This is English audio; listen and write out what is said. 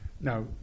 now